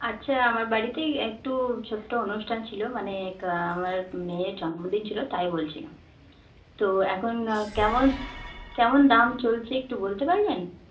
আচ্ছা আমার বাড়িতে একটু ছোট্ট অনুষ্ঠান ছিল মানে আমার মেয়ের জন্মদিন ছিল তাই বলছিলাম তো এখন কেমন কেমন দাম চলছে একটু বলতে পারবেন